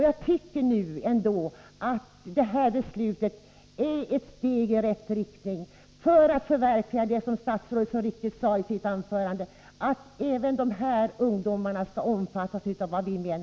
Jag tycker att ett beslut enligt utskottets förslag är ett steg i rätt riktning för Nr 52 att förverkliga det som statsrådet så riktigt sade i sitt anförande, att även